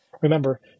Remember